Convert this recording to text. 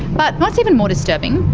but what's even more disturbing.